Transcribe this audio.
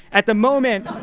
at the moment,